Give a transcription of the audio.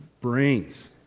brains